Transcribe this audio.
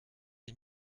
est